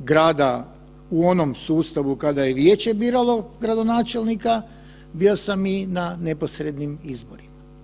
grada u onom sustavu kada je vijeće biralo gradonačelnika, bio sam i na neposrednim izborima.